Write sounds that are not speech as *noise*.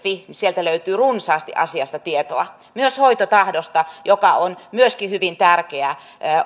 *unintelligible* niin että sieltä löytyy runsaasti asiasta tietoa myös hoitotahdosta joka on myöskin hyvin tärkeä